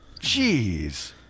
Jeez